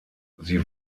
sie